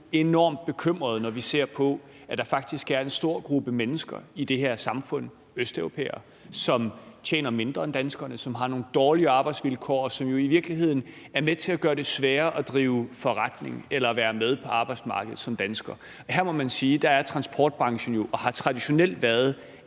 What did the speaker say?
enormt bekymrede, når vi ser på, at der faktisk er en stor gruppe mennesker i det her samfund, østeuropæere, som tjener mindre end danskerne, som har nogle dårligere arbejdsvilkår, og som jo i virkeligheden er med til at gøre det sværere at drive forretning eller være med på arbejdsmarkedet som dansker. Her må man sige, at transportbranchen jo er og traditionelt har